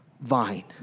vine